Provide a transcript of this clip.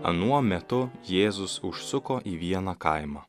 anuo metu jėzus užsuko į vieną kaimą